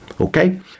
Okay